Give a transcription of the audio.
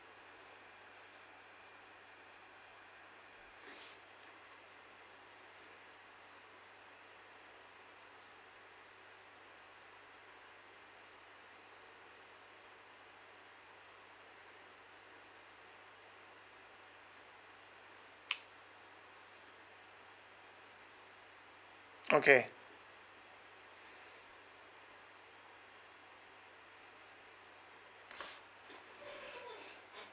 okay